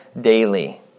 daily